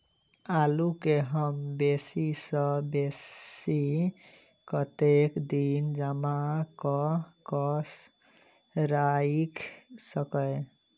आलु केँ हम बेसी सऽ बेसी कतेक दिन जमा कऽ क राइख सकय